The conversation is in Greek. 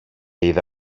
είδα